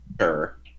Sure